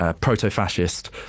proto-fascist